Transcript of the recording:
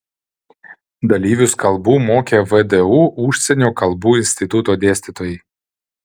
dalyvius kalbų mokė vdu užsienio kalbų instituto dėstytojai